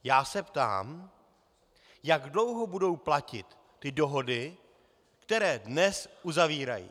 Já se ptám, jak dlouho budou platit ty dohody, které dnes uzavírají.